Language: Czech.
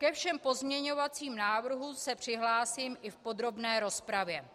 Ke všem pozměňovacím návrhům se přihlásím i v podrobné rozpravě.